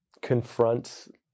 confront